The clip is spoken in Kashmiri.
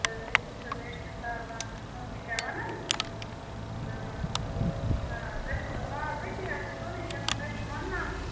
تہٕ أتۍ وٕچھو تَمہِ حساب آ تِم تہِ کیٛاہ وَنان تہٕ آ تۄہہِ چھُو حظ مال أتی آسان سورُے کِنہٕ تۄہہِ چھُو منٛگناوُن